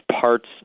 parts